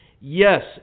Yes